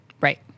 Right